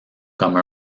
comme